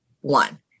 one